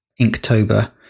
inktober